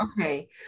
okay